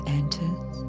enters